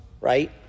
right